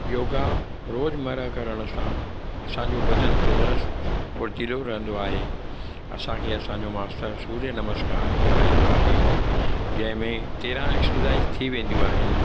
योगा रोज़मर्रा करण सां असांजो बदन तंदुरुस्तु फुर्तीलो रहंदो आहे असांखे असांजो मास्तर सूर्य नमस्कार कराईंदो आहे जंहिंमें तेरहं एक्सरसाइज थी वेंदियूं आहिनि